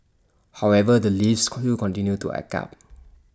however the lifts continue to act up